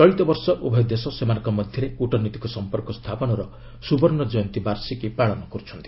ଚଳିତବର୍ଷ ଉଭୟ ଦେଶ ସେମାନଙ୍କ ମଧ୍ୟରେ କୃଟନୈତିକ ସମ୍ପର୍କ ସ୍ଥାପନର ସୁବର୍ଷ୍ଣ କୟନ୍ତୀ ପାଳନ କର୍ଚ୍ଛନ୍ତି